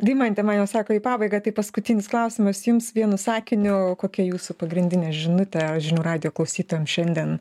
deimantė man jau sako į pabaigą tai paskutinis klausimas jums vienu sakiniu kokia jūsų pagrindinė žinutė žinių radijo klausytojam šiandien